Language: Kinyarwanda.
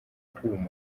kuma